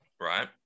Right